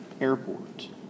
airport